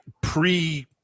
pre